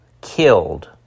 killed